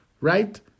right